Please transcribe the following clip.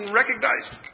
recognized